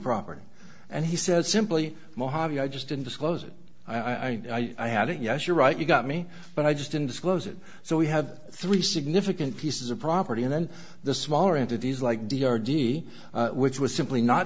property and he says simply mojave i just didn't was it i i i had it yes you're right you got me but i just didn't disclose it so we have three significant pieces of property and then the smaller entities like d r d which were simply not